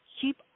keep